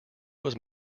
was